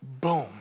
boom